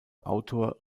autor